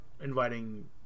inviting